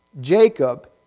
Jacob